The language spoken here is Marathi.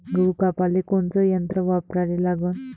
गहू कापाले कोनचं यंत्र वापराले लागन?